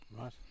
Right